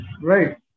Right